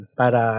para